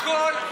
כל יום, כל יום.